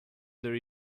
there